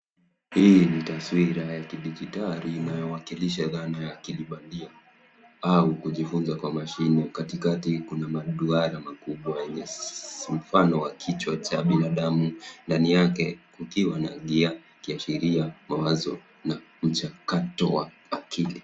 Hii ni taswira ya kidijitali inayowakilisha dhana ya akili bandia au kujifunza kwa mashine. Katikati kuna maduara makubwa yenye mfano wa kichwa cha binadamu. Ndani yake kukiwa na gia ikiashiria mawazo na uchakato wa akili.